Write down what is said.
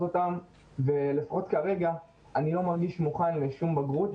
אותם ולפחות כרגע אני לא מרגיש מוכן לבגרות,